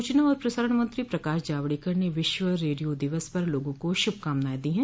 सूचना और प्रसारण मंत्री प्रकाश जावडकर ने विश्व रेडियो दिवस पर लोगों को शुभकामनाएं दी हैं